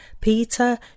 Peter